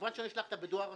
כמובן --- בדואר רשום.